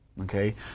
okay